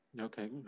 okay